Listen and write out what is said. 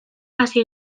hasi